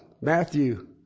Matthew